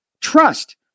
trust